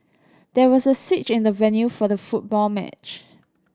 there was a switch in the venue for the football match